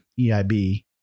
EIB